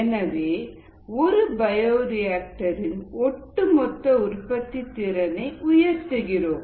எனவே ஒரு பயோரிஆக்டர் இன் ஒட்டுமொத்த உற்பத்தித் திறனை உயர்த்துகிறோம்